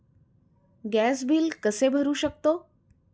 Gas bill कसे भरू शकतो?